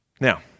Now